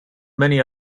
many